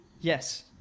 Yes